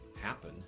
happen